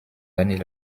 années